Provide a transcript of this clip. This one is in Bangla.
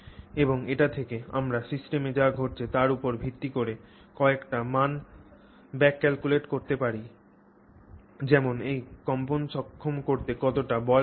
এবং এটি থেকে আমরা সিস্টেমে যা ঘটছে তার উপর ভিত্তি করে কয়েকটি মান back calculate করতে পারি যেমন এই কম্পন সক্ষম করতে কতটা বল প্রয়োজন